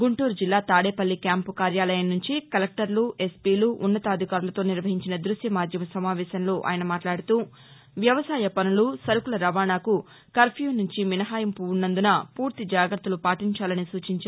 గుంటూరు జిల్లా తాదేపల్లి క్యాంపు కార్యాలయం నుంచి కలెక్టర్లు ఎస్పీలు ఉన్నతాధికారులతో నిర్వహించిన దృశ్య మాద్యమ సమావేశంలో ఆయన మాట్లాడుతూవ్యవసాయ పనులు సరుకుల రవాణాకు కర్ప్యూ సుంచి మినహాయింపు ఉన్నందున పూర్తి జాగ్రత్తలు పాటించాలని సూచించారు